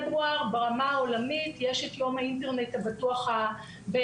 ברמה העולמית בכל חודש פברואר יש את יום האינטרנט הבטוח הבין-לאומי.